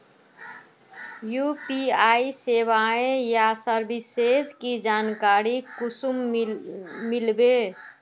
UPI सेवाएँ या services की जानकारी कुंसम मिलबे?